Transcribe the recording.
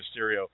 Mysterio